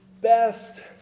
best